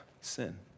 sin